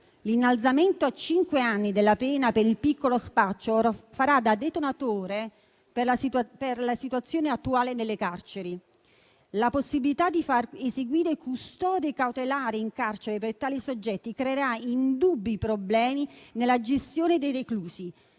l'innalzamento a cinque anni della pena per il piccolo spaccio farà da detonatore per la situazione attuale nelle carceri. La possibilità di far eseguire custodie cautelari in carcere per tali soggetti creerà indubbi problemi nella gestione dei reclusi,